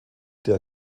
der